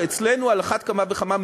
ואצלנו על אחת כמה וכמה,